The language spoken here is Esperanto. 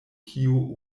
kiu